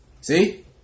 See